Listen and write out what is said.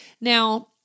Now